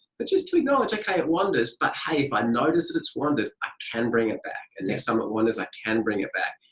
but just to acknowledge ok, it kind of wanders but hey, if i notice that it's wandered, i can bring it back and next time it wanders i can bring it back.